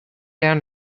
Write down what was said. down